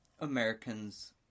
Americans